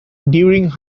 during